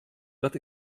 dat